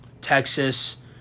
Texas